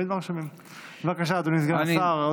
בבקשה, אדוני סגן השר.